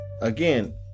again